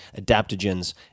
adaptogens